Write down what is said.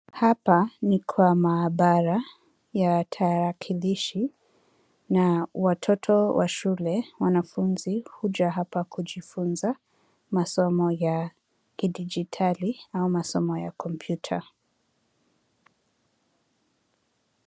Hapa ni kwa maabara ya tarakilishi na watoto wa shule, wanafunzi, huja hapa kujifunza masomo ya kidijitali au masomo ya kompyuta.